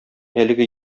әлеге